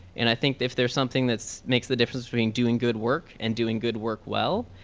and i think if there's something that's makes the difference between doing good work and doing good work well,